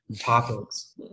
topics